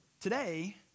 Today